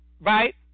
Right